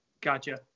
Gotcha